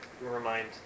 remind